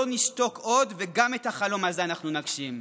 לא נשתוק עוד, וגם את החלום הזה אנחנו נגשים.